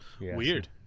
weird